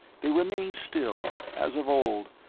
they remained still, as of old,